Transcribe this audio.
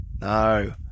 No